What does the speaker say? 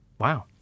wow